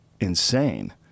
insane